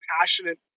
passionate